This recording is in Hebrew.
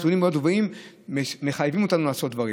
נתונים מאוד גבוהים מחייבים אותנו לעשות דברים.